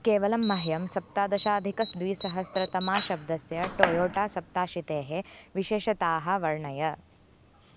केवलं मह्यं सप्तदशाधिक द्विसहस्रतमाब्दस्य टोयोटा सप्ताशीतेः विशेषताः वर्णय